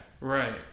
right